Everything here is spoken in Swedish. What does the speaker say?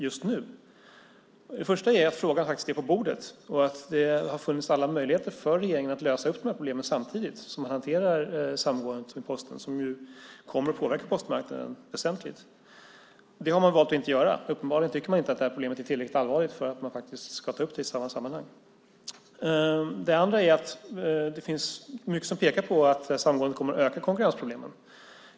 Det första skälet är att frågan faktiskt ligger på bordet och att det har funnits alla möjligheter för regeringen att lösa de här problemen samtidigt som man hanterar postsamgåendet, som väsentligt kommer att påverka postmarknaden. Men man har valt att inte göra det. Uppenbarligen tycker man inte att problemet är tillräckligt allvarligt för att tas upp i sammanhanget. Det andra är att mycket pekar på att samgåendet kommer att öka konkurrensproblemen.